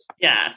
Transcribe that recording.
Yes